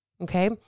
Okay